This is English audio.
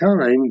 time